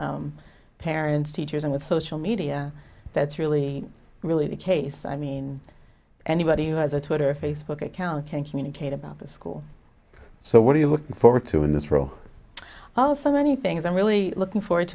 parents teachers and with social media that's really really the case i mean anybody who has a twitter or facebook account can communicate about the school so what are you looking forward to in this room all so many things i'm really looking forward